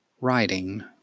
writing